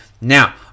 Now